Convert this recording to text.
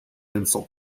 insult